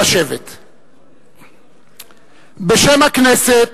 בשם הכנסת